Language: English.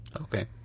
Okay